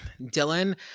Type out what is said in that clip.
Dylan